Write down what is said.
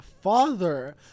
father